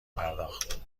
پرداخت